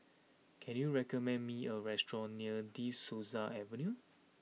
can you recommend me a restaurant near De Souza Avenue